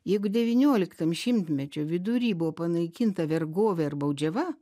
juk devynioliktam šimtmečio vidury buvo panaikinta vergovė ar baudžiava